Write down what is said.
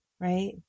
right